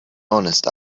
honest